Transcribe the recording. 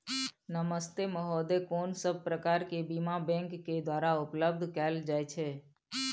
नमस्ते महोदय, कोन सब प्रकार के बीमा बैंक के द्वारा उपलब्ध कैल जाए छै?